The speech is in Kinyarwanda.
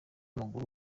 w’amaguru